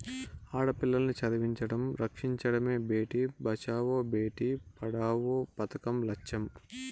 ఆడపిల్లల్ని చదివించడం, రక్షించడమే భేటీ బచావో బేటీ పడావో పదకం లచ్చెం